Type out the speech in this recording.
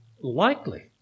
likely